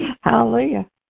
Hallelujah